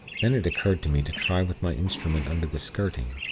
then it occurred to me to try with my instrument under the skirting.